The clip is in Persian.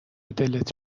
دلت